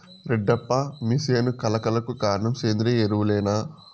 రెడ్డప్ప మీ సేను కళ కళకు కారణం సేంద్రీయ ఎరువులేనా